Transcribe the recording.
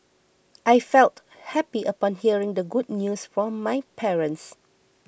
I felt happy upon hearing the good news from my parents